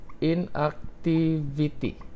inactivity